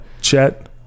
Chet